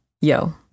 yo